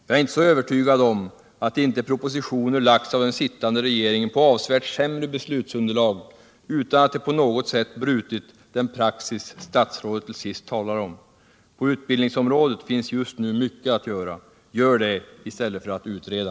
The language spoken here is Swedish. Jag är inte så övertygad om att inte propositioner lagts fram av den sittande regeringen grundade på avsevärt sämre beslutsunderlag utan att det på något sätt brutit den praxis statsrådet till sist talar om. På utbildningsområdet finns just nu mycket att göra. Gör det i stället för att utreda!